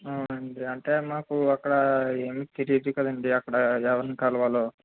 అవునండి అంటే మాకు అక్కడా ఏమీ తెలీదు కదండీ అక్కడ ఎవర్ని కలవాలో